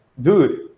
dude